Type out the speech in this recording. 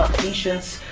patience.